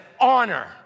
Honor